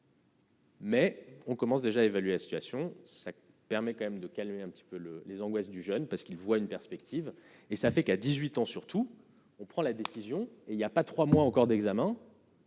Mais on commence déjà évalue la situation, ça permet quand même de calmer un petit peu le les angoisses du jeune parce qu'ils voient une perspective et ça fait qu'à 18 ans, surtout on prend la décision et il y a pas 3 mois encore d'examen.